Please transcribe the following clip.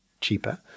cheaper